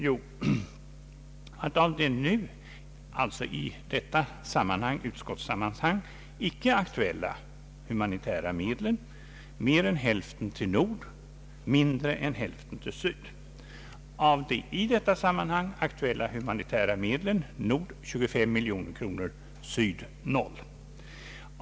Jo, av de i detta utskottssammanhang icke aktuella humanitära medlen går mer än hälften till Nord och mindre än hälften till Syd. Av de i detta sammanhang aktuella humanitära medlen får Nord 25 miljoner kronor och Syd noll.